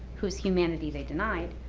whose humanity they denied,